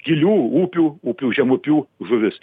gilių upių upių žemupių žuvis